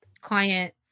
client